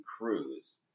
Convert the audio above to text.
cruise